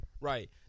Right